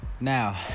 now